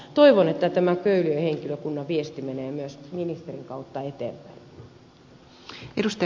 toivon että tämä köyliön henkilökunnan viesti menee myös ministerin kautta eteenpäin